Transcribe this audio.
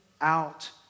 out